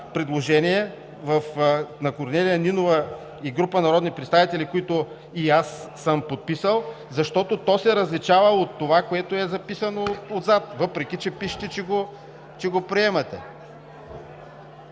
предложение на Корнелия Нинова и група народни представители, което и аз съм подписал, защото то се различава от това, което е записано отзад, въпреки че пишете, че го приемате.